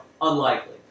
unlikely